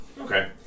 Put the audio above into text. Okay